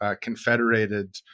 confederated